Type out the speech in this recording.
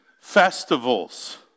festivals